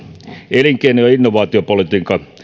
elinkeino ja innovaatiopolitiikan